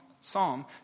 psalm